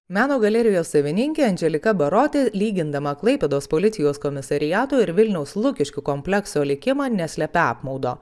meno galerijos savininkė andželika baroti lygindama klaipėdos policijos komisariato ir vilniaus lukiškių komplekso likimą neslepia apmaudo